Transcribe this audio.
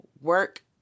work